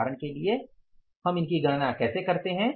उदाहरण के लिए हम उनकी गणना कैसे करते हैं